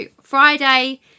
Friday